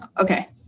Okay